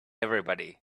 everybody